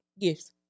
Gifts